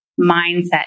mindset